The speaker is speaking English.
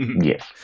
yes